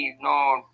no